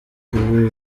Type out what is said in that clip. uru